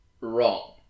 wrong